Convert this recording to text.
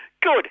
Good